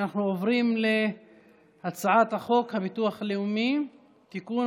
אנחנו עוברים להצעת החוק הביטוח הלאומי (תיקון,